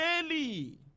daily